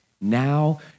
now